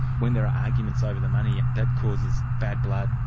when there are arguments over the money, that causes bad blood,